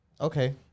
Okay